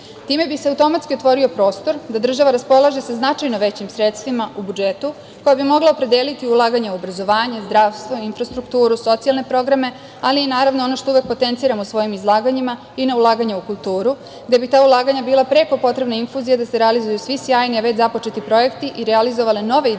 Time bi se automatski otvorio prostor da država raspolaže sa značajno većim sredstvima u budžetu, koja bi mogla opredeliti ulaganje u obrazovanje, zdravstvo, infrastrukturu, socijalne programe, ali i na ulaganje u kulturu. Ta ulaganja bi bila preko potrebna infuzija da se realizuju svi sjajni već započeti projekti i realizovale nove ideje